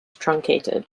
truncated